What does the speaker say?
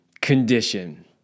condition